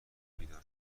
بیدار